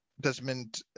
desmond